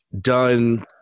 done